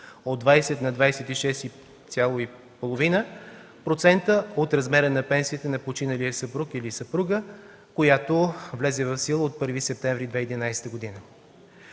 от 20 на 26,5% от размера на пенсиите на починалия съпруг или съпруга, която влезе в сила от 1 септември 2011 г.